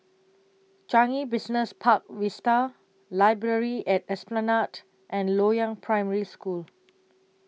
Changi Business Park Vista Library At Esplanade and Loyang Primary School